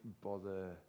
bother